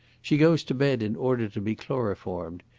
she goes to bed in order to be chloroformed.